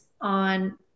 on